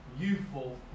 youthful